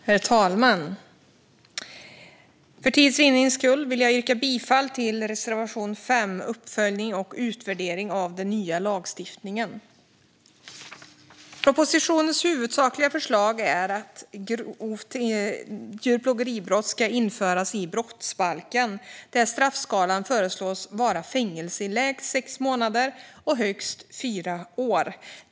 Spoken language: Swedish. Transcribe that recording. Herr talman! För tids vinning vill jag yrka bifall endast till reservation 4 om uppföljning och utvärdering av den nya lagstiftningen. Propositionens huvudsakliga förslag är att ett grovt djurplågeribrott ska införas i brottsbalken, där straffskalan föreslås vara fängelse i lägst sex månader och högst fyra år.